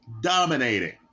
dominating